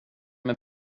med